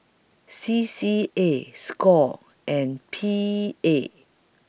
C C A SCORE and P A